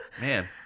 Man